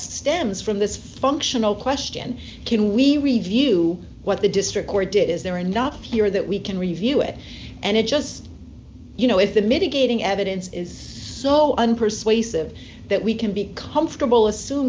stems from this functional question can we review what the district or did is there enough here that we can review it and it just you know if the mitigating evidence is so unpersuasive that we can be comfortable